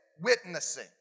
witnessing